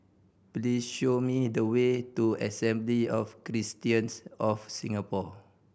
please show me the way to Assembly of Christians of Singapore